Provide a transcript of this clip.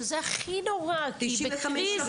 שזה הכי נורא כי היא בקריז --- יש חוסר.